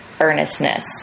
earnestness